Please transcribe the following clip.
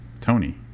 Tony